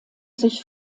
sich